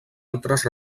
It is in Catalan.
altres